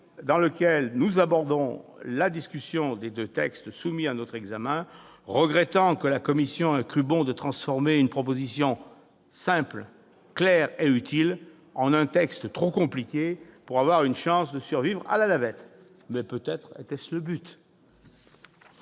dans lequel nous abordons la discussion des deux textes soumis à notre examen, en regrettant que la commission ait cru bon de transformer une proposition de loi simple, claire et utile en un texte trop compliqué pour avoir une chance de survivre à la navette. Mais peut-être était-ce le but